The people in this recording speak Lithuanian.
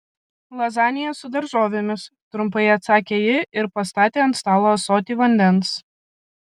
lazanija su daržovėmis trumpai atsakė ji ir pastatė ant stalo ąsotį vandens